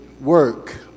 work